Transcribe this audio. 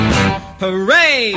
Hooray